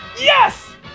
Yes